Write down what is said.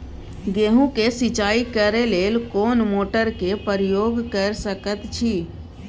गेहूं के सिंचाई करे लेल कोन मोटर के प्रयोग कैर सकेत छी?